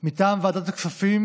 מטעם ועדת הכספים